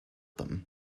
them